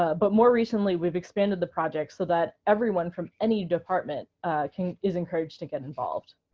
ah but more recently we've expanded the project so that everyone from any department is encouraged to get involved.